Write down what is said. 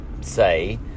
say